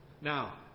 now